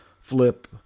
Flip